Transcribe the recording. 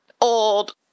old